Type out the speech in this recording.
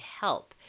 help